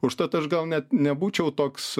užtat aš gal net nebūčiau toks